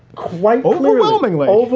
quite overwhelmingly.